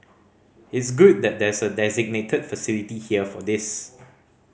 it's good that there's a designated facility here for this